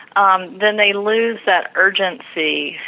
um then they lose that urgency,